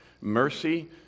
mercy